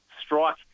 strike